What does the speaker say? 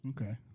Okay